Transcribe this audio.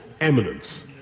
eminence